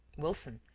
wilson,